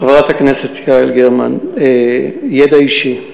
חברת הכנסת יעל גרמן, ידע אישי,